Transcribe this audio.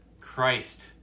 Christ